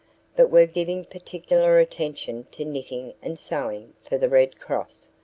but were giving particular attention to knitting and sewing for the red cross,